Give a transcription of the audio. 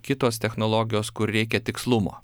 kitos technologijos kur reikia tikslumo